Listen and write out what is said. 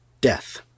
death